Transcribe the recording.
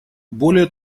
более